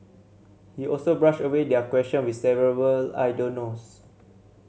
he also brushed away their question with several I don't knows